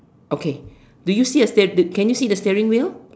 okay do you see a sterl~ can you see the sterling wheel